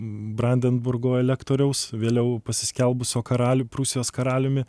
brandenburgo elektoriaus vėliau pasiskelbusio karaliu prūsijos karaliumi